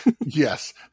Yes